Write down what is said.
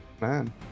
Man